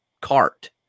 cart